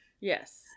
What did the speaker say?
Yes